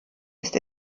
ist